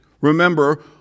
Remember